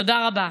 תודה רבה.